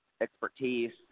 expertise